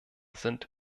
sind